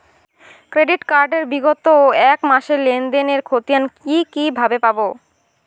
Credit card এর বিগত এক মাসের লেনদেন এর ক্ষতিয়ান কি কিভাবে পাব?